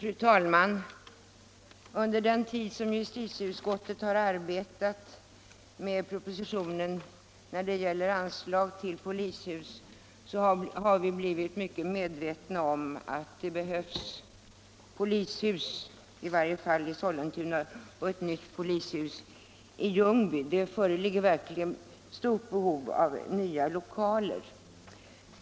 Fru talman! Under den tid som justitieutskottet har arbetat med propositionen när det gäller anslag till polishus har vi blivit mycket medvetna om att det behövs polishus, i varje fall i Sollentuna och i Ljungby. Där föreligger verkligen stort behov av nya lokaler.